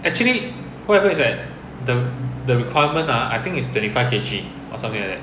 actually what happened is that the the requirement ah I think it's twenty five K_G or something like that